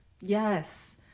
yes